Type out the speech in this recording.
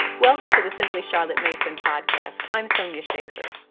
welcome to the simply charlotte mason podcast. i'm sonya shafer.